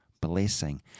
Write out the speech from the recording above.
blessing